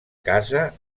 casa